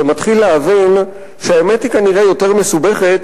שמתחיל להבין שהאמת היא כנראה יותר מסובכת